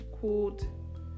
called